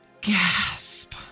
gasp